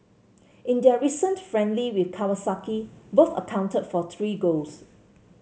in their recent friendly with Kawasaki both accounted for three goals